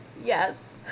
Yes